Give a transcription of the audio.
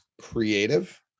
creative